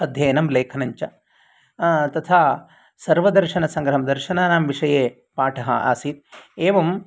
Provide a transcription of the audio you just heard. अध्ययनं लेखनञ्च तथा सर्वदर्शनसंग्रहं दर्शनानां विषये पाठः आसीत् एवं